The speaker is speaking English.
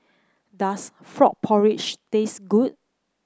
does Frog Porridge taste good